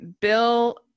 bill